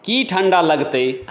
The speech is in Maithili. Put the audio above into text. की ठण्डा लगतै